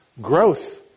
growth